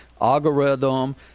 algorithm